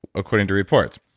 according to reports?